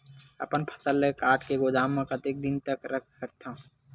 अपन फसल ल काट के गोदाम म कतेक दिन तक रख सकथव?